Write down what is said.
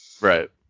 Right